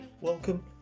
Welcome